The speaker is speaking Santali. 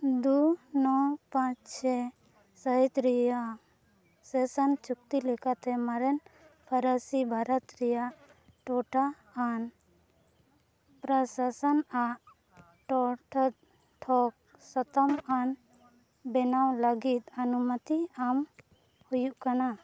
ᱫᱩ ᱱᱚ ᱯᱟᱸᱪ ᱪᱷᱮ ᱥᱟᱹᱦᱤᱛ ᱨᱮᱭᱟᱜ ᱥᱮᱥᱟᱱ ᱪᱩᱠᱛᱤ ᱞᱮᱠᱟᱛᱮ ᱢᱟᱨᱮᱱ ᱯᱷᱟᱨᱟᱥᱤ ᱵᱷᱟᱨᱚᱛ ᱨᱮᱭᱟᱜ ᱴᱤᱴᱷᱟ ᱟᱱ ᱯᱨᱚᱥᱟᱥᱚᱱ ᱟᱜ ᱴᱚᱴᱷᱟ ᱴᱷᱚᱠ ᱥᱟᱛᱟᱢ ᱟᱱ ᱵᱮᱱᱟᱣ ᱞᱟᱹᱜᱤᱫ ᱟᱱᱩᱢᱟᱹᱛᱤ ᱟᱢ ᱦᱩᱭᱩᱜ ᱠᱟᱱᱟ